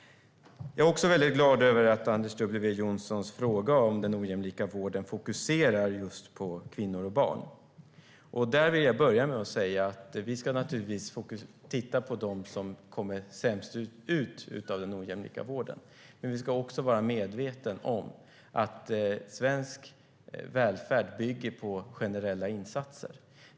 Jag är också glad över att Anders W Jonssons fråga om den ojämlika vården fokuserar just på kvinnor och barn. Vi ska naturligtvis titta på dem som kommer sämst ut av den ojämlika vården, men vi ska också vara medvetna om att svensk välfärd bygger på generella insatser.